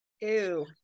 Ew